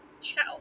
Ciao